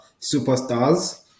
superstars